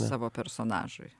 savo personažui